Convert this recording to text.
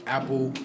Apple